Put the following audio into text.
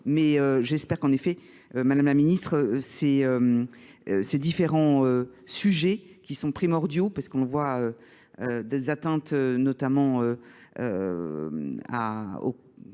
Mais j'espère qu'en effet, Madame la Ministre, ces différents sujets qui sont primordiaux, parce qu'on voit des atteintes notamment,